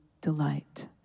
delight